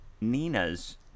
Nina's